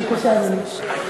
בבקשה, אדוני.